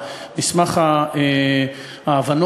בכנסת,